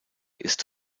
ist